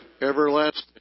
everlasting